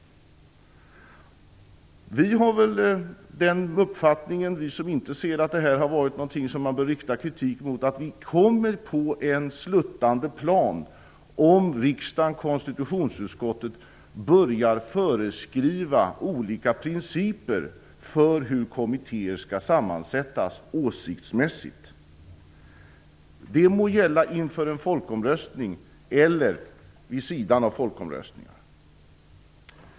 Vi, som inte ser att detta har varit något som man bör rikta kritik mot, har uppfattningen att vi hamnar på en sluttande plan om riksdagen och konstitutionsutskottet börjar att föreskriva olika principer för hur kommittéer skall sammansättas åsiktsmässigt. Det må gälla inför en folkomröstning eller vid sidan av folkomröstningar.